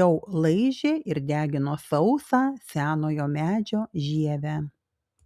jau laižė ir degino sausą senojo medžio žievę